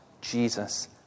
Jesus